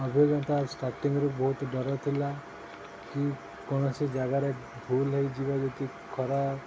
ଅଭିଜ୍ଞତା ଷ୍ଟାର୍ଟିଂରୁ ବହୁତ ଡର ଥିଲା କି କୌଣସି ଜାଗାରେ ଭୁଲ ହୋଇଯିବ ଯଦି ଖରାପ